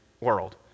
world